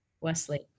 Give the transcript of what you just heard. Wesley